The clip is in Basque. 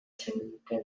sententzia